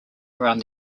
around